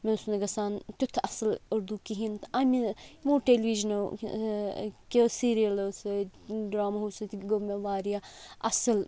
مےٚ اوس نہٕ گَژھان تیُتھ اَصٕل اُردو کِہیٖنٛۍ تہٕ اَمہِ یِمو ٹیلی وِجنو کہِ سیٖریلو سٍتۍ ڈَرٛاماہو سٍتۍ گوٚو مےٚ وارِیاہ اَصٕل